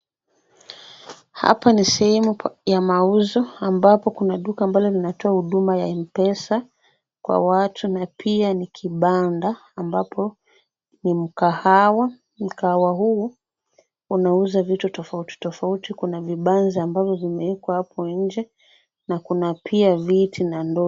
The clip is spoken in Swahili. Hapa ni sehemu ya mauzo ambapo kuna duka ambalo linatoa huduma ya M-Pesa kwa watu na pia ni kibanda ambapo ni mkahawa. Mkahawa huu unauza vitu tofauti tofauti kuna vibanzi ambavyo vimewekwa hapo nje na kuna pia viti na ndoo.